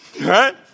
Right